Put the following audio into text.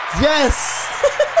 Yes